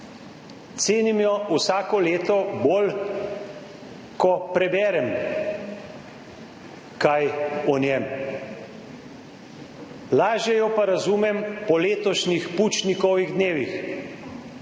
Cenim jo vsako leto bolj, ko preberem kaj o njem. Lažje jo pa razumem po letošnjih Pučnikovih dnevih,